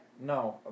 No